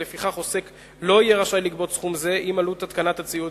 ולפיכך עוסק לא יהיה רשאי לגבות סכום זה אם עלות התקנת הציוד,